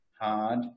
hard